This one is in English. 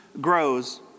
grows